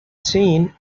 seen